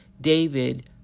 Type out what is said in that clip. David